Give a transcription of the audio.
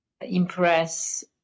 impress